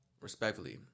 respectfully